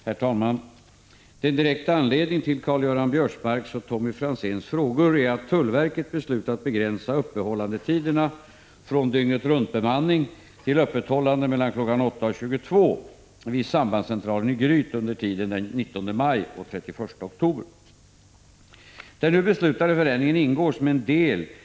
Herr talman! Den direkta anledningen till Karl-Göran Biörsmarks och Tommy Franzéns frågor är att tullverket beslutat begränsa öppethållandetiderna från dygnetruntbemanning till öppethållande kl. 08.00-22.00 vid sambandscentralen i Gryt under tiden fr.o.m. den 19 maj t.o.m. den 31 oktober. Den nu beslutade förändringen ingår som en del i den försöksverksamhet — Prot.